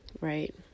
right